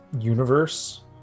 universe